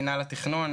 מנהל התכנון,